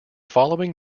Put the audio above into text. following